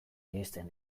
iristen